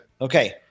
Okay